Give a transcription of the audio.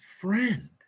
friend